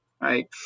right